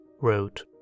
wrote